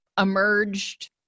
emerged